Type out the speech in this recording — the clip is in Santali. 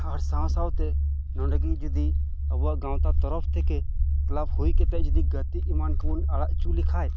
ᱟᱨ ᱥᱟᱶ ᱥᱟᱶᱛᱮ ᱱᱚᱰᱮ ᱜᱮ ᱡᱩᱫᱤ ᱟᱵᱚᱣᱟᱜ ᱜᱟᱶᱛᱟ ᱛᱚᱨᱚᱯ ᱛᱷᱮᱠᱮ ᱠᱮᱞᱟᱯ ᱦᱳᱭ ᱠᱟᱛᱮᱫ ᱡᱩᱫᱤ ᱜᱟᱛᱮᱜ ᱮᱢᱟᱱ ᱠᱚᱵᱚᱱ ᱟᱲᱟᱜ ᱦᱚᱪᱚ ᱞᱮᱠᱷᱟᱱ